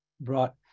brought